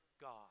God